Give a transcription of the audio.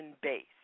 base